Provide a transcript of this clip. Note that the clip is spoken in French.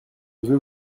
veux